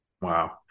Wow